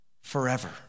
forever